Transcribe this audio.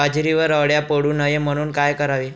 बाजरीवर अळ्या पडू नये म्हणून काय करावे?